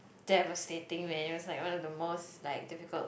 damn persuading man it was like one of the most like difficult